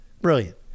Brilliant